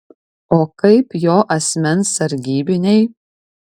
o kaip jo asmens sargybiniai